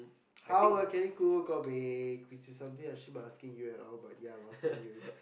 how well can you cook and bake which is something I should even be asking you at all but I'm asking you at all but I'm asking you